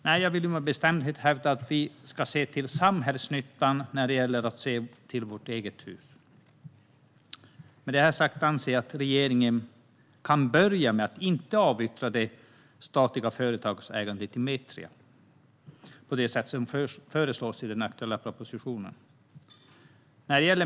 Nej, jag vill med bestämdhet hävda att vi ska se till samhällsnyttan när det gäller att se om vårt eget hus. Med detta sagt anser jag att regeringen kan börja med att inte avyttra det statliga ägandet i Metria på det sätt som föreslås i den aktuella propositionen.